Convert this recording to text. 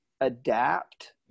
adapt